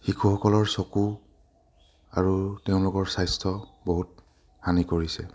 শিশুসকলৰ চকু আৰু তেওঁলোকৰ স্বাস্থ্য বহুত হানি কৰিছে